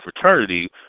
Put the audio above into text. fraternity